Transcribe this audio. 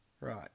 Right